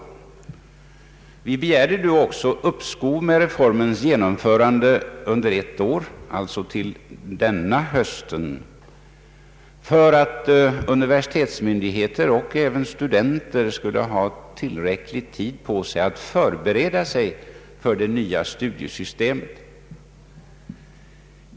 Vi begärde också ett års uppskov med reformens genomförande, alltså till denna höst, för att universitetsmyndigheterna och även studenterna skulle få tillräcklig tid på sig att förbereda sig för det nya studiesystemet.